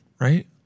Right